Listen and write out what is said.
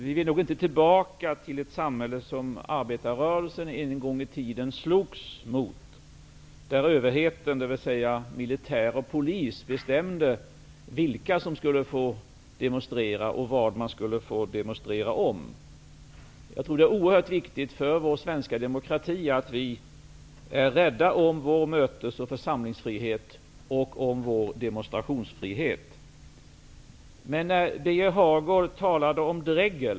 Vi vill nog inte tillbaka till ett samhälle som arbetarrörelsen en gång i tiden slogs mot där överheten, dvs. militär och polis, bestämde vilka som skulle få demonstrera och vad man skulle få demonstrera om. Jag tror att det är oerhört viktigt för vår svenska demokrati ätt vi är rädda om vår mötes och församlingsfrihet och om vår demonstrationsfrihet. Birger Hagård talade om drägg.